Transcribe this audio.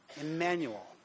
Emmanuel